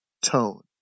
Tone